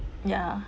ya